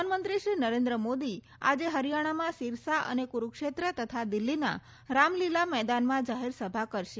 પ્રધાનમંત્રી શ્રી નરેન્દ્ર મોદી આજે હરીયાજ્ઞામાં સિરસા અને કુરૂક્ષેત્ર તથા દિલ્હીના રામલીલા મેદાનમાં જાહેરસભા કરશે